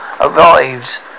arrives